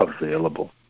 available